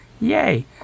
yay